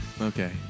Okay